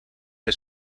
que